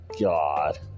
God